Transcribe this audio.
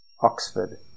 Oxford